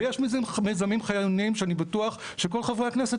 ויש מיזמים חיוניים שאני בטוח שכל חברי הכנסת